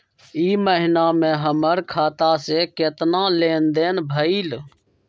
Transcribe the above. ई महीना में हमर खाता से केतना लेनदेन भेलइ?